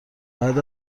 بعد